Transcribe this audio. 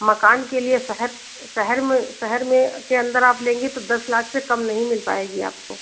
मकान के लिए शहर शहर में शहर में के अन्दर आप लेंगी तो दस लाख से कम नहीं मिल पाएगी आपको